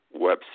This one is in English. website